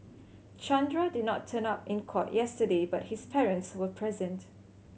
Chandra did not turn up in court yesterday but his parents were present